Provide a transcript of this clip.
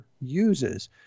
Uses